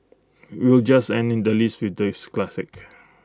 we'll just ending the list with this classic